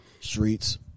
Streets